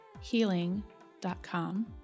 healing.com